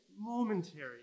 momentary